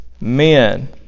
Men